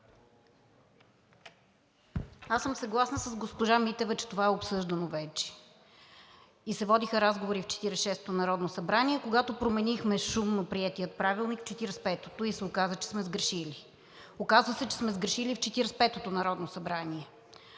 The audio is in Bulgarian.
Аз съм съгласна с госпожа Митева, че това е обсъждано вече и се водиха разговори в 46-ото народно събрание, когато променихме шумно приетия Правилник в 45-ото и се оказа, че сме сгрешили. Оказа се, че сме сгрешили в 45 ото народно събрание.